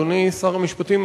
אדוני שר המשפטים,